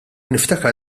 niftakar